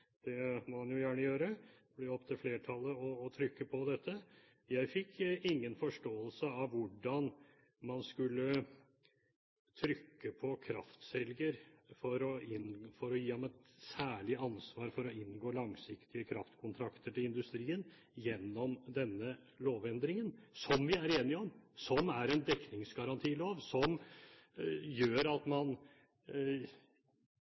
det må han jo gjerne gjøre, det blir jo opp til flertallet å trykke på dette – fikk jeg ingen forståelse av hvordan man skulle trykke på kraftselger for å gi ham «et særlig ansvar» for å inngå langsiktige kraftkontrakter til industrien gjennom denne lovendringen, som vi er enige om, som er en dekningsgarantilov, som gjør at